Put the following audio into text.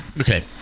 Okay